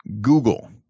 Google